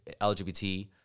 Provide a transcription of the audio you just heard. lgbt